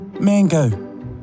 Mango